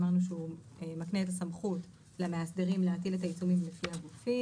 אמרנו שהוא מקנה סמכות למאסדרים להטיל את העיצומים לפי הגופים.